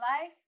life